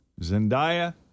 Zendaya